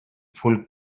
full